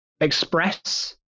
express